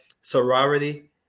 sorority